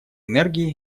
энергии